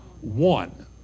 one